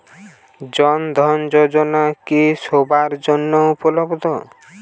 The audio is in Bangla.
জন ধন যোজনা কি সবায়ের জন্য উপলব্ধ?